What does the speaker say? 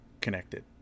connected